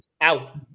Out